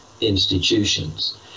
institutions